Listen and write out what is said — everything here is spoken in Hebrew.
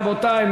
רבותי?